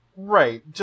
Right